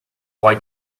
why